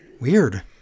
Weird